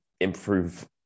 improve